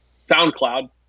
SoundCloud